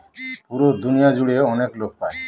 পুরো দুনিয়া জুড়ে অনেক লোক পাই